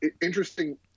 interesting